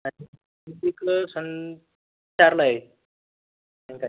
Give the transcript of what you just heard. आणि एक सं चारला आहे एक सायंकाळी